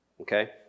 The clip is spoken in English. Okay